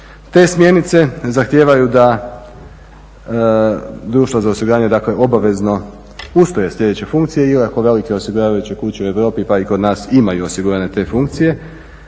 Te smjernice zahtijevaju da društva za osiguranje dakle obavezno usvoje sljedeće funkcije iako velike osiguravajuće kuće u Europi pa i kod nas imaju osigurane te funkcije,